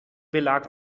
belag